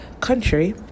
country